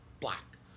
black